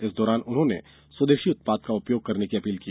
इस दौरान उन्होंने स्वदेशी उत्पाद का उपयोग करने की अपील की